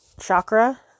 chakra